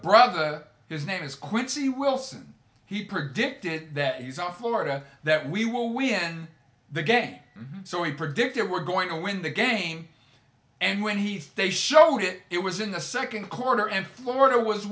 brother his name is quincy wilson he predicted that he saw florida that we will win the game so he predicted we're going to win the game and when he stays showed it it was in the second quarter and florida was